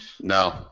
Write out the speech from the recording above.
No